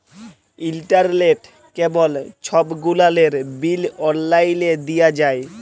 ইলটারলেট, কেবল ছব গুলালের বিল অললাইলে দিঁয়া যায়